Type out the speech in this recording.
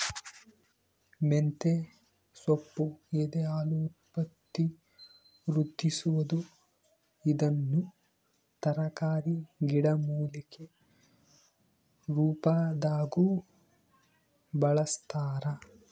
ಮಂತೆಸೊಪ್ಪು ಎದೆಹಾಲು ಉತ್ಪತ್ತಿವೃದ್ಧಿಸುವದು ಇದನ್ನು ತರಕಾರಿ ಗಿಡಮೂಲಿಕೆ ರುಪಾದಾಗೂ ಬಳಸ್ತಾರ